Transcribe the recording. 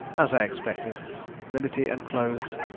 as i expected liberty and clothes,